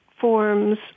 forms